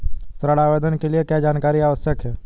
ऋण आवेदन के लिए क्या जानकारी आवश्यक है?